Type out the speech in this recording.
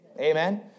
Amen